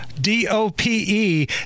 D-O-P-E